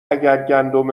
گندم